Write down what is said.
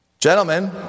Gentlemen